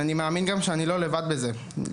ואני יודע שאני לא לבד בזה.